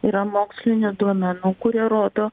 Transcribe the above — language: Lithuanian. yra mokslinių duomenų kurie rodo